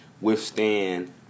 withstand